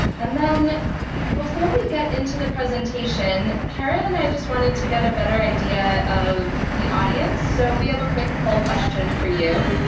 and then before we get into the presentation, kara and i just wanted to get a better idea of the audience. so we have a quick poll question for you.